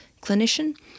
clinician